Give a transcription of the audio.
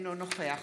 אינו נוכח